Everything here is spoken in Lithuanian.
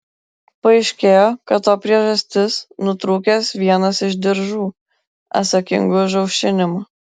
paaiškėjo kad to priežastis nutrūkęs vienas iš diržų atsakingų už aušinimą